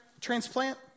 transplant